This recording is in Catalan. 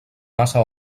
massa